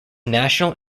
national